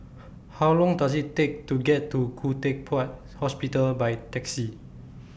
How Long Does IT Take to get to Khoo Teck Puat Hospital By Taxi